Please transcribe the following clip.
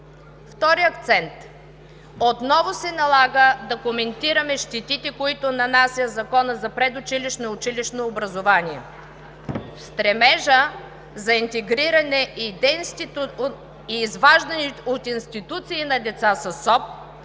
Втори акцент – отново се налага да коментираме щетите, които нанася Законът за предучилищното и училищното образование. В стремежа за интегриране и изваждане от институциите на деца със СОП